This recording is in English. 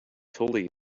tully